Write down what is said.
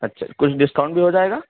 اچھا کچھ ڈسکاؤنٹ بھی ہوجائے گا